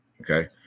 okay